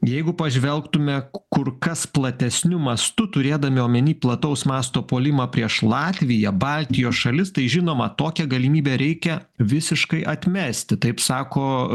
jeigu pažvelgtume kur kas platesniu mastu turėdami omeny plataus masto puolimą prieš latviją baltijos šalis tai žinoma tokią galimybę reikia visiškai atmesti taip sako